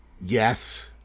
Yes